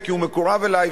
כי הוא מקורב אלי,